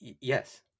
Yes